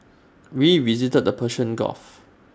we visited the Persian gulf